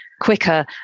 quicker